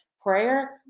prayer